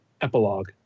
Epilogue